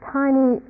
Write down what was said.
tiny